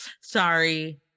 sorry